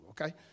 okay